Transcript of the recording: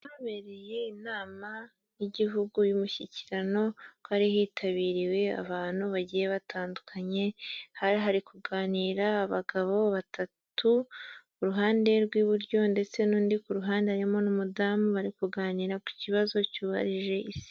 Ahabereye inama y'igihugu y'umushyikirano hari hitabiriwe abantu bagiye batandukanye hari hari kuganira abagabo batatu iruhande rw'iburyo ndetse n'undi ku ruhande harimo n'umudamu bari kuganira ku kibazo cyugarije isi.